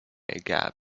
gap